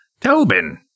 Tobin